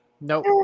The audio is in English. Nope